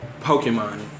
Pokemon